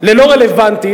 ללא רלוונטית,